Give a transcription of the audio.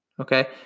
Okay